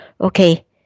okay